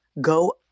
go